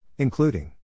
Including